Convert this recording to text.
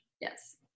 Yes